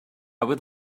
would